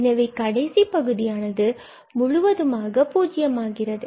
எனவே கடைசி பகுதியானது முழுவதுமாக 0 ஆகிறது